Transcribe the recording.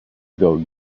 ago